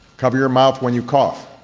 cover your mouth when you cough.